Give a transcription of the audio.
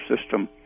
system